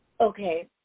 Okay